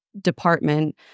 department